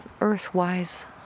earth-wise